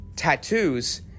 tattoos